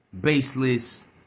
baseless